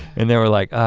and they were like, ah,